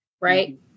right